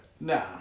Nah